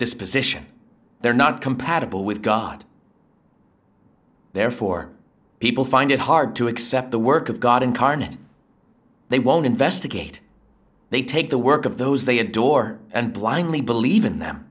disposition they are not compatible with god therefore people find it hard to accept the work of god incarnate they won't investigate they take the work of those they adore and blindly believe in them